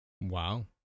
Wow